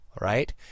right